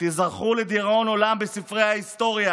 תיזכרו לדיראון עולם בספרי ההיסטוריה